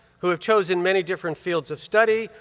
who have chosen many different fields of study,